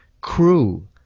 Crew